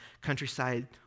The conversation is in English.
Countryside